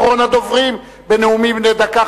אחרון הדוברים בנאומים בני דקה,